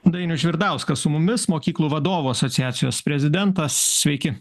dainius žvirdauskas su mumis mokyklų vadovų asociacijos prezidentas sveiki